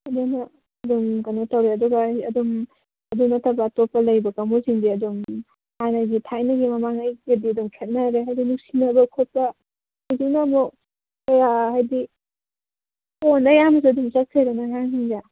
ꯑꯗꯨꯅ ꯑꯗꯨꯝ ꯀꯩꯅꯣ ꯇꯧꯔꯦ ꯑꯗꯨꯒ ꯑꯗꯨꯝ ꯑꯗꯨ ꯅꯠꯇꯕ ꯑꯇꯣꯞꯄ ꯂꯩꯕ ꯀꯥꯡꯕꯨꯁꯤꯡꯁꯦ ꯑꯗꯨꯝ ꯍꯥꯟꯅꯒꯤ ꯊꯥꯏꯅꯒꯤ ꯃꯃꯥꯡꯉꯩꯒꯗꯤ ꯑꯗꯨꯝ ꯈꯦꯅꯔꯦ ꯍꯥꯏꯗꯤ ꯅꯨꯡꯁꯤꯅꯕ ꯈꯣꯠꯄ ꯍꯧꯖꯤꯛꯅ ꯑꯃꯨꯛ ꯀꯌꯥ ꯍꯥꯏꯕꯗꯤ ꯐꯣꯟꯗ ꯑꯌꯥꯝꯕꯗꯨꯝ ꯆꯠꯈ꯭ꯔꯦꯗꯅ ꯑꯉꯥꯡꯁꯤꯡꯁꯦ